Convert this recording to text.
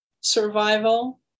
survival